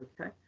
Okay